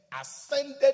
ascended